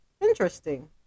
Interesting